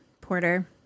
Porter